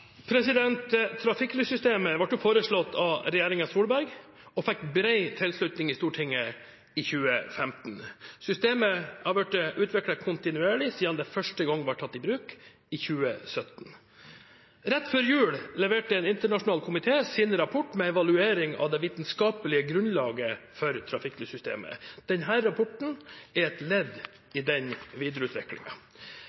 Trafikklyssystemet ble foreslått av regjeringen Solberg og fikk bred tilslutning i Stortinget i 2015. Systemet har blitt utviklet kontinuerlig siden det første gang ble tatt i bruk, i 2017. Rett før jul leverte en internasjonal komité sin rapport med evaluering av det vitenskapelige grunnlaget for trafikklyssystemet. Denne rapporten er et ledd